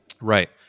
Right